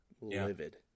livid